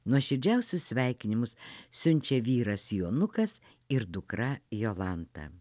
nuoširdžiausius sveikinimus siunčia vyras jonukas ir dukra jolanta